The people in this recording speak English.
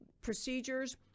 procedures